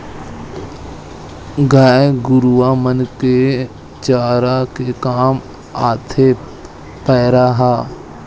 गाय गरुवा मन के चारा के काम म आथे पेरा ह